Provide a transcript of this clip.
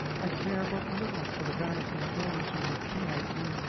i care but little for the vanity of those who would chide me,